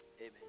Amen